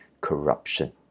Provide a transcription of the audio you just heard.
corruption